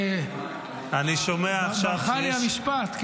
ברח לי המשפט.